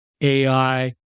AI